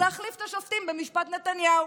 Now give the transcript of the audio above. להחליף את השופטים במשפט נתניהו.